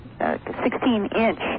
16-inch